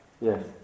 Yes